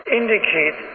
indicate